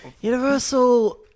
Universal